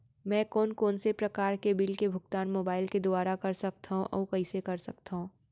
मैं कोन कोन से प्रकार के बिल के भुगतान मोबाईल के दुवारा कर सकथव अऊ कइसे कर सकथव?